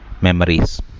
memories